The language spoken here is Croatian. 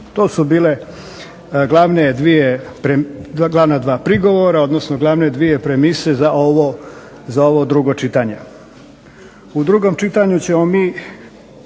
To su bila glavna dva prigovora odnosno dva glavna premisa za ovo drugo čitanje. U drugom čitanju ćemo mi